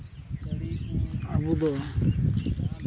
ᱟᱵᱚ ᱫᱚ